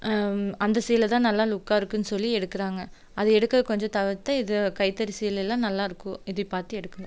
அந்த சீலைதான் நல்லா லுக்காக இருக்குன்னு சொல்லி எடுக்கிறாங்க அதை எடுக்க கொஞ்சம் தவிர்த்து இதை கைத்தறி சீலையெல்லாம் நல்லா இருக்கு இது பார்த்து எடுக்கலாம்